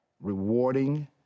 rewarding